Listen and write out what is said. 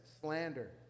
slander